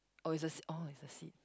oh is the oh is the seed